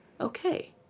okay